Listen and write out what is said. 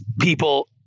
people